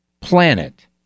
planet